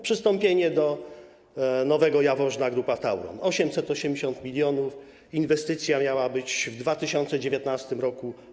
Przystąpienie do Nowego Jaworzna Grupa Tauron - 880 mln, inwestycja miała być oddana w 2019 r.